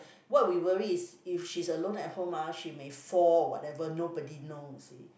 what we worry is if she's alone at home ah she may fall or whatever nobody knows you see